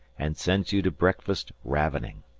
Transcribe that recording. and sends you to breakfast ravening.